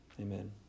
Amen